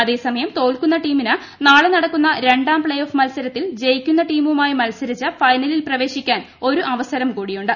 അതെ സമയം തോൽക്കുന്ന ടീമിന് നാളെ നടക്കുന്ന രണ്ടാം പ്ളേഓഫ് മത്സരത്തിൽ ജയിക്കുന്ന ടീമുമായി മത്സരിച്ച് ഫൈനലിൽ പ്രവേശിക്കാൻ ഒരു അവസരം കൂടിയുണ്ട്